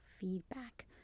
feedback